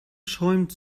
schäumt